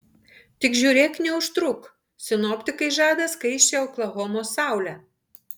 tik žiūrėk neužtruk sinoptikai žada skaisčią oklahomos saulę